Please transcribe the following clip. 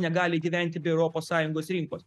negali gyventi be europos sąjungos rinkos